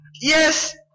Yes